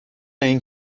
این